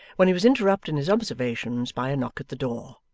when he was interrupted in his observations by a knock at the door,